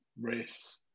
race